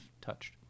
touched